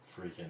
freaking